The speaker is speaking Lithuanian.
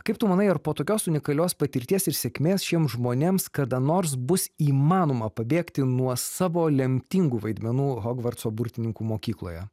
kaip tu manai ar po tokios unikalios patirties ir sėkmės šiems žmonėms kada nors bus įmanoma pabėgti nuo savo lemtingų vaidmenų hogvartso burtininkų mokykloje